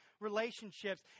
relationships